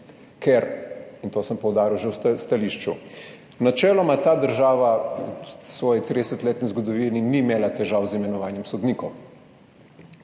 ker, in to sem poudaril že v stališču, načeloma ta država v svoji 30-letni zgodovini ni imela težav z imenovanjem sodnikov.